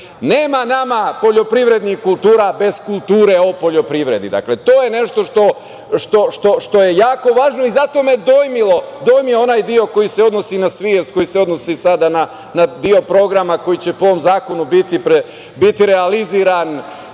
Nema nama poljoprivrednih kultura bez kulture o poljoprivredi. Dakle, to je nešto što je jako važno i zato me je dojmio onaj deo koji se odnosi na svest, koji se odnosi sada na deo programa koji će po ovom zakonu biti realizovan